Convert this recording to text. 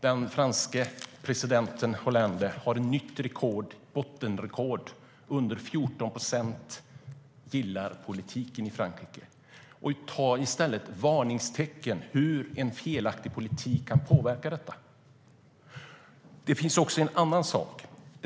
Den franske presidenten Hollande har ett nytt bottenrekord: Mindre än 14 procent gillar politiken i Frankrike. Ta varning av hur en felaktig politik kan påverka detta! Det finns också en annan sak.